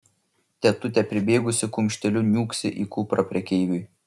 tetutė pribėgusi kumšteliu niūksi į kuprą prekeiviui